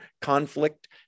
conflict